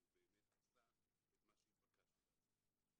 הוא באמת עשה את מה שהתבקשנו לעשות.